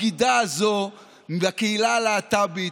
הבגידה הזאת בקהילה הלהט"בית,